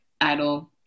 idol